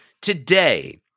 today